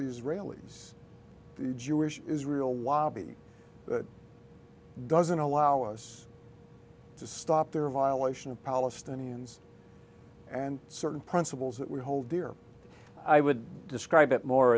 israelis jewish israel while he doesn't allow us to stop their violation of palestinians and certain principles that we hold dear i would describe it more